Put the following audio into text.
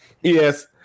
Yes